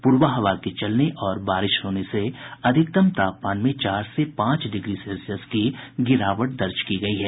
पूरबा हवा के चलने और बारिश होने से अधिकतम तापमान में चार से पांच डिग्री सेल्सियस की गिरावट दर्ज की गयी है